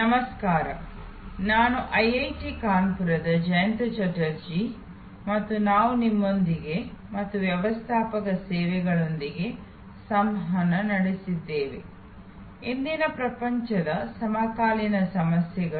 ನಮಸ್ಕಾರ ನಾನು ಐಐಟಿ ಕಾನ್ಪುರದ ಜಯಂತ ಚಟರ್ಜಿ ಮತ್ತು ನಾವು ನಿಮ್ಮೊಂದಿಗೆ ಮತ್ತು ವ್ಯವಸ್ಥಾಪಕ ಸೇವೆಗಳೊಂದಿಗೆ ಸಂವಹನ ನಡೆಸುತ್ತಿದ್ದೇವೆ ಇಂದಿನ ಪ್ರಪಂಚದ ಸಮಕಾಲೀನ ಸಮಸ್ಯೆಗಳು